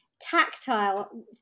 tactile